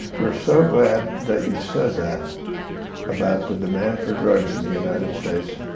we're so glad that you said that about the demand for drugs in the united states.